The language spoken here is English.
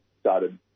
started